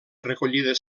recollida